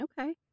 Okay